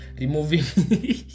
removing